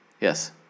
Yes